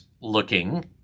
looking